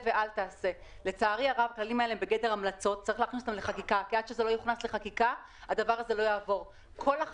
ולבקש לכתוב תיקון חקיקה בנושא הזה שיעזור לכם לאכוף את